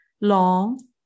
Long